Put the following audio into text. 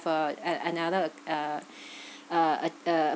uh a~ another uh uh uh uh